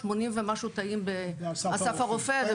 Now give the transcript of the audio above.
שמונים ומשהו תאים באסף הרופא,